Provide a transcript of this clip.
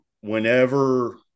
whenever